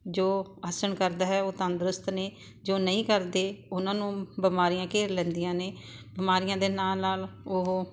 ਜੋ ਆਸਣ ਕਰਦਾ ਹੈ ਉਹ ਤੰਦਰੁਸਤ ਨੇ ਜੋ ਨਹੀਂ ਕਰਦੇ ਉਨ੍ਹਾਂ ਨੂੰ ਬਿਮਾਰੀਆਂ ਘੇਰ ਲੈਂਦੀਆਂ ਨੇ ਬਿਮਾਰੀਆਂ ਦੇ ਨਾਲ ਨਾਲ ਉਹ